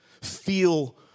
Feel